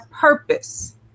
purpose